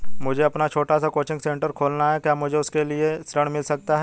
मुझे अपना छोटा सा कोचिंग सेंटर खोलना है क्या मुझे उसके लिए ऋण मिल सकता है?